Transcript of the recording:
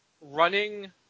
running